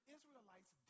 Israelites